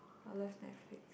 I love Netflix